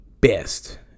best